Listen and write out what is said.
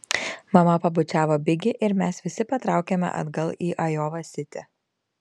mama pabučiavo bigi ir mes visi patraukėme atgal į ajova sitį